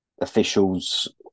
officials